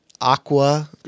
aqua